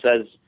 says